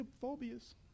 phobias